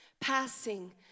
passing